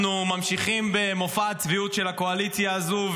אנחנו ממשיכים במופע הצביעות של הקואליציה הזו.